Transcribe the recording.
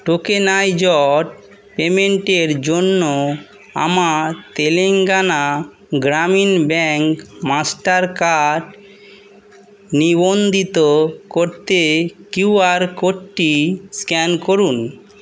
tokenised পেইমেন্টের জন্য আমার Telangana Grameen bank Mastercard নিবন্ধিত করতে কিউআর কোর্ডটি স্ক্যান করুন